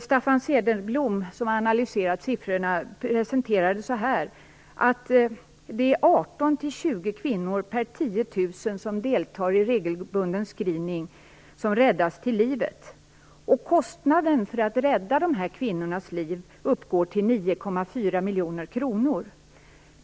Staffan Cederblom, som har analyserat siffrorna, har presenterat det så här: 18-20 kvinnor per 10 000 som deltar i regelbunden screening räddas till livet. Kostnaden för att rädda dessa kvinnors liv uppgår till 9,4 miljoner kronor.